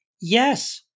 Yes